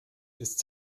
ist